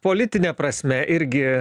politine prasme irgi